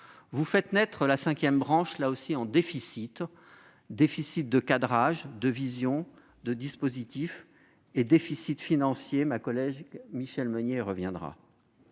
Vous faites naître la cinquième branche également en déficit- déficit de cadrage, de vision, de dispositifs, et déficit financier. Ma collègue Michelle Meunier y reviendra.